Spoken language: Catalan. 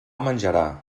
menjarà